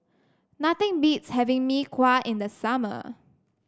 nothing beats having Mee Kuah in the summer